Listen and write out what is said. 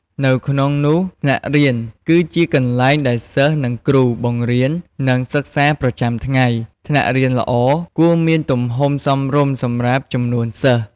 នៅក្នុងនោះថ្នាក់រៀន គឺជាកន្លែងដែលសិស្សនិងគ្រូ បង្រៀន និងសិក្សាប្រចាំថ្ងៃ ថ្នាក់រៀនល្អគួរមានទំហំសមរម្យសម្រាប់ចំនួនសិស្ស។